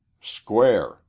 Square